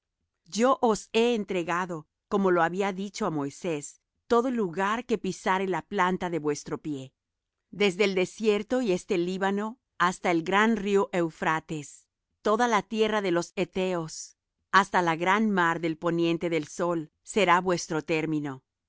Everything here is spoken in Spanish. yo os he entregado como lo había dicho á moisés todo lugar que pisare la planta de vuestro pie desde el desierto y este líbano hasta el gran río eufrates toda la tierra de los hetheos hasta la gran mar del poniente del sol será vuestro término